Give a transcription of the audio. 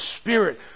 Spirit